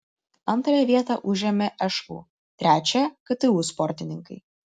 antrąją vietą užėmė šu trečiąją ktu sportininkai